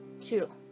Two